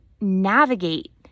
navigate